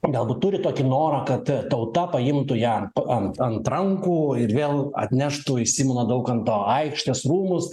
galbūt turi tokį norą kad tauta paimtų ją ant ant rankų ir vėl atneštų į simono daukanto aikštės rūmus